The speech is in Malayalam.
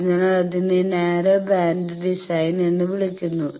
അതിനാൽ അതിനെ നാരോ ബാൻഡ് ഡിസൈൻ എന്ന് വിളിക്കുന്നു